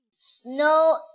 snow